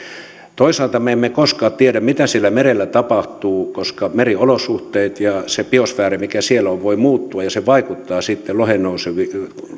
toisaalta me emme koskaan tiedä mitä siellä merellä tapahtuu koska meriolosuhteet ja se biosfääri mikä siellä on voivat muuttua ja se vaikuttaa sitten